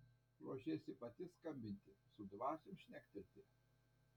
ruošiesi pati skambinti su dvasiom šnektelti